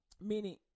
Meaning